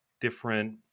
different